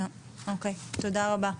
תודה רבה.